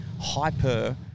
hyper